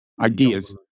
Ideas